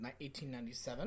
1897